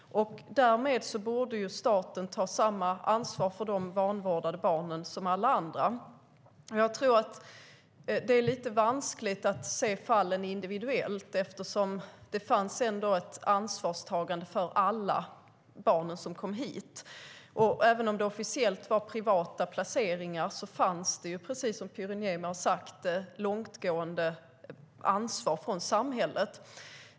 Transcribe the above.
Därmed borde staten ta samma ansvar för dessa vanvårdade barn som för alla andra. Jag tror att det är lite vanskligt att se fallen individuellt, eftersom det ändå fanns ett ansvarstagande för alla barn som kom hit. Även om det officiellt var privata placeringar fanns det, som Pyry Niemi sade, ett långtgående ansvar från samhället.